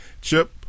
Chip